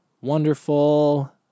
wonderful